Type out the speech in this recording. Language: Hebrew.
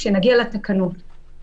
כשנגיע לתקנות.